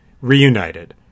reunited